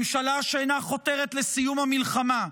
ממשלה שאינה חותרת לסיום המלחמה,